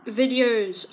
videos